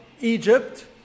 Egypt